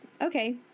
Okay